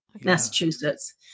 Massachusetts